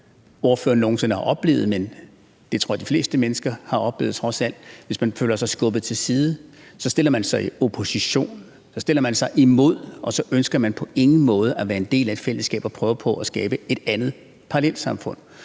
om ordføreren nogen sinde har oplevet, men det tror jeg at de fleste mennesker har oplevet, trods alt – så stiller man sig i opposition, så stiller man sig imod, og så ønsker man på ingen måde at være en del af et fællesskab, men prøver på at skabe et andet samfund,